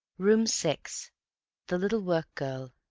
room six the little workgirl